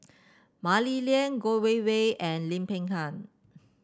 Mah Li Lian Geo Wei Wei and Lim Peng Han